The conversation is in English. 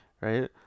right